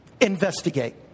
Investigate